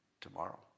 tomorrow